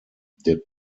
did